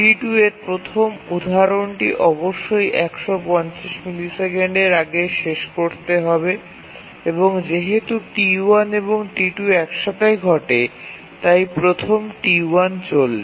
T2 এর প্রথম উদাহরণটি অবশ্যই ১৫০ মিলিসেকেন্ডের আগে শেষ করতে হবে এবং যেহেতু T1 এবং T2 একসাথে ঘটে তাই প্রথম T1 চলবে